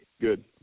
Good